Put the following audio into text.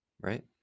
right